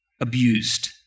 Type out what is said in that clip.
abused